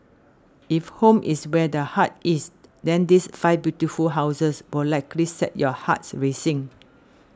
if home is where the heart is then these five beautiful houses will likely set your hearts racing